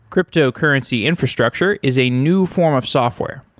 cryptocurrency infrastructure is a new form of software.